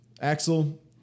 Axel